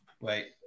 Wait